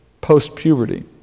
post-puberty